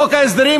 חוק ההסדרים,